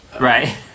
Right